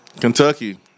Kentucky